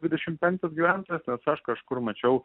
dvidešim penktas gyventi nes aš kažkur mačiau